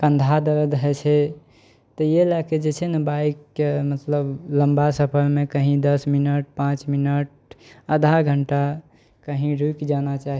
कन्धा दर्द होइ छै तऽ ये लए कऽ जे छै ने बाइक कए मतलब लम्बा सफरमे कहीं दस मिनट पाँच मिनट आधा घण्टा कहीं रुकि जाना चाही